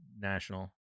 national